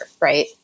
right